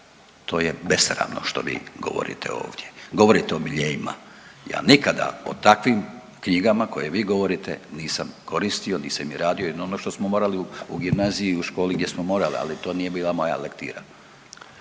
to je besramno što vi govorite ovdje. Govorite o miljeima. Ja nikada o takvim knjigama koje vi govorite nisam koristio nisam ni radio jedino ono što smo morali u gimnaziji i u školi gdje smo morali, ali to nije bila moja lektira.